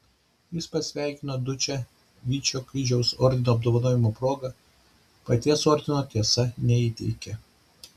jis pasveikino dučę vyčio kryžiaus ordino apdovanojimo proga paties ordino tiesa neįteikė